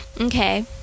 Okay